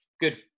Good